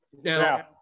Now